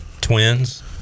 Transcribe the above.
Twins